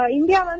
India